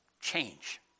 change